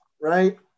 right